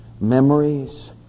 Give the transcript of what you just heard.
memories